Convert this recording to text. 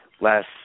last